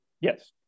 Yes